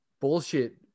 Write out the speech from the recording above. bullshit